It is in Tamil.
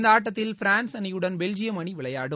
இந்த ஆட்டத்தில் பிரான்ஸ் அணியுடன் பெல்ஜியம் அணி விளையாடும்